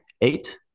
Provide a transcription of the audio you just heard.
eight